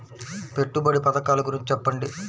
పెట్టుబడి పథకాల గురించి చెప్పండి?